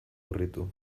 urritu